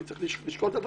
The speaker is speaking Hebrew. אני צריך לשקול את הדברים,